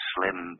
Slim